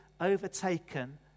overtaken